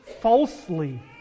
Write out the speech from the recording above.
falsely